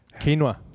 Quinoa